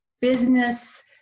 business